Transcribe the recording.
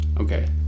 Okay